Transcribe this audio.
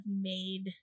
made